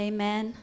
Amen